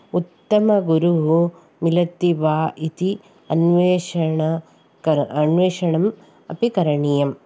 उत्तमगुरुः मिलति वा इति अन्वेषण कर अन्वेषणम् अपि करणीयम्